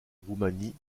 roumanie